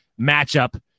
matchup